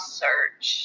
search